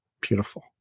beautiful